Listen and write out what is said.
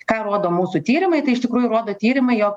ką rodo mūsų tyrimai tai iš tikrųjų rodo tyrimai jog